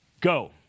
Go